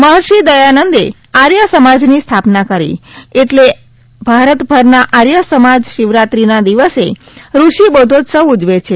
મહષિ દયાનંદે આયઁ સમાજની સ્થાપના કરેલ એટ઼લે ભારતભરના આર્ય સમાજ શિવરાત્રીના દિવસે ઋષિ બોધોત્સવ ઉજવે છે